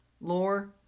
Lore